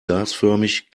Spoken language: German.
gasförmig